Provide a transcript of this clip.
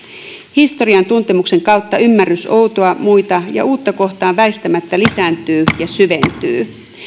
historian tuntemuksen kautta ymmärrys outoa muita ja uutta kohtaan väistämättä lisääntyy ja syventyy